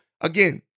again